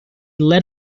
let